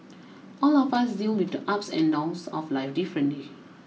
all of us deal with the ups and downs of life differently